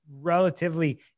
relatively